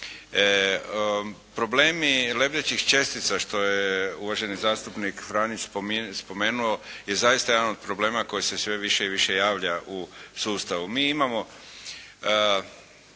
Problemi lebdećih čestica, što je uvaženi zastupnik Franić spomenuo, je zaista jedan od problema koji se sve više i više javlja u sustavu.